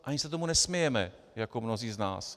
Ani se tomu nesmějeme jako mnozí z nás.